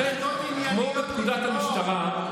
כמו בפקודת המשטרה,